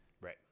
Right